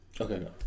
Okay